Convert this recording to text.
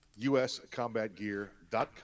uscombatgear.com